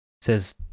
Says